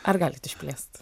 ar galit išplėst